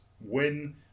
win